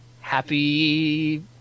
Happy